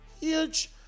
Huge